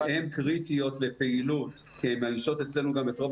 והן קריטיות לפעילות כי הן מאיישות אצלנו גם את רוב